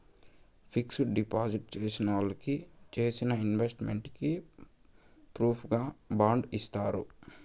fixed deposit చేసినోళ్ళకి చేసిన investment కి ప్రూఫుగా బాండ్ ఇత్తారు